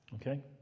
okay